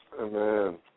Amen